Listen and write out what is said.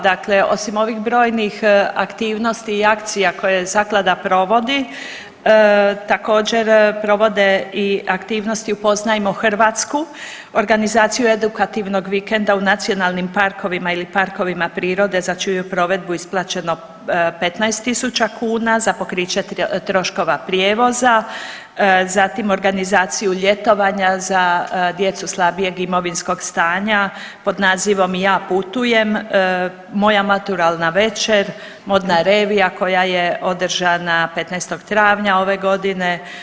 Dakle, osim ovih brojnih aktivnosti i akcija koje zaklada provodi također provode i aktivnosti upoznajmo Hrvatsku organizaciju edukativnog vikenda u nacionalnim parkovima ili parkovima prirode za čiju je provedbu isplaćeno 15000 kuna za pokriće troškova prijevoza, zatim organizaciju ljetovanja za djecu slabijeg imovinskog stanja pod nazivom „I ja putujem“, „Moja maturalna večer“, modna revija koja je održana 15. travnja ove godine.